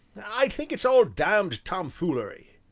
i think it's all damned tomfoolery!